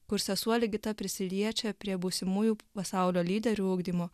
kur sesuo ligita prisiliečia prie būsimųjų pasaulio lyderių ugdymu